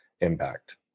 impact